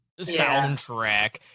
soundtrack